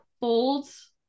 folds